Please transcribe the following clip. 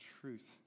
truth